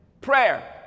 prayer